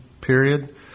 period